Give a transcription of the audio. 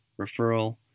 referral